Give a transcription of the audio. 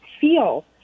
feel